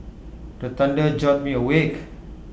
the thunder jolt me awake